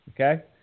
okay